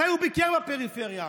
מתי הוא ביקר בפריפריה?